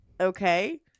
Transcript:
Okay